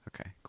Okay